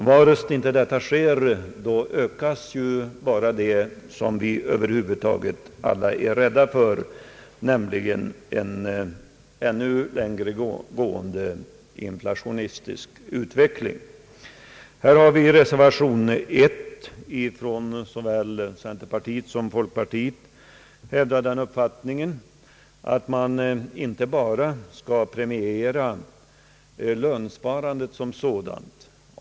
Ökas inte sparandet inträffar det vi alla är rädda för, nämligen en ännu längre gående inflationistisk utveckling. I reservation I har från såväl centerpartiets som från folkpartiets sida hävdats den uppfattningen att man inte bara bör premiera lönsparandet som sådant.